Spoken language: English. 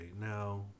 now